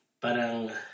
Parang